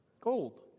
Gold